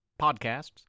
podcasts